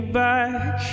back